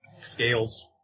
scales